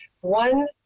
One